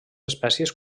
espècies